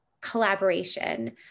collaboration